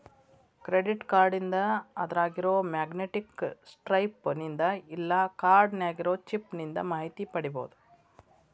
credit ಕಾರ್ಡ್ನಿಂದ ಅದ್ರಾಗಿರೊ magnetic stripe ನಿಂದ ಇಲ್ಲಾ ಕಾರ್ಡ್ ನ್ಯಾಗಿರೊ ಚಿಪ್ ನಿಂದ ಮಾಹಿತಿ ಪಡಿಬೋದು